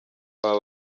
aba